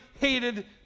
hated